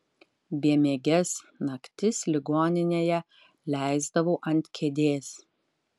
bemieges naktis ligoninėje leisdavau ant kėdės